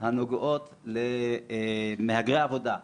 הנוגעות למהגרי עבודה.